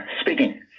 speaking